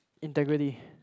integrity